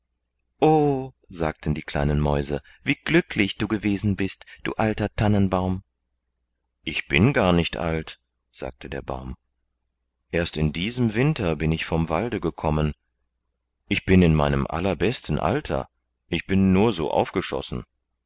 sagten die kleinen mäuse wie glücklich du gewesen bist du alter tannenbaum ich bin gar nicht alt sagte der baum erst in diesem winter bin ich vom walde gekommen ich bin in meinem allerbesten alter ich bin nur so aufgeschossen